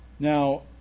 Now